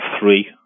three